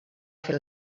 fer